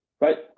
right